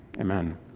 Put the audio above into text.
Amen